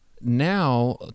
now